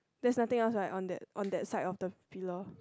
there's nothing else right on that on that side of the pillar